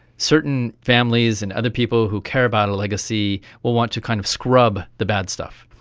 certain families and other people who care about a legacy will want to kind of scrub the bad stuff,